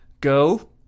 go